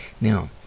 Now